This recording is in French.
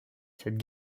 cette